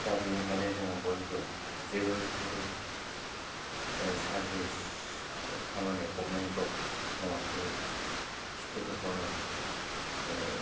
दा बेनिखायनो जोङो बयबो जेबो जुदि चारभिच गभमेन्ट जब मोवाखैब्ला खेथिफोरखौनो माने